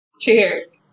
Cheers